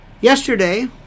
Yesterday